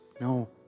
No